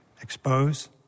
Expose